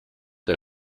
der